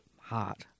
heart